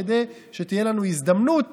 כדי שתהיה לנו הזדמנות